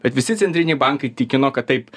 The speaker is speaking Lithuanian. bet visi centriniai bankai tikino kad taip